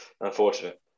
Unfortunate